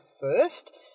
first